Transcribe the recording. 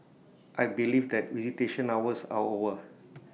I believe that visitation hours are over